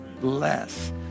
bless